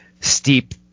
steep